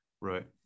Right